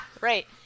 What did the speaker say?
Right